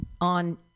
on